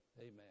Amen